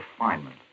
refinement